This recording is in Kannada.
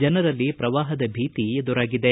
ಜನರಲ್ಲಿ ಪ್ರವಾಹದ ಭೀತಿ ಎದುರಾಗಿದೆ